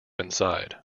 inside